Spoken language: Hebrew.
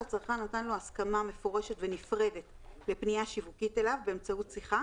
שהצרכן נתן לו הסכמה מפורשת ונפרדת לפנייה שיווקית אליו באמצעות שיחה